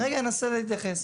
אני רגע אנסה להתייחס.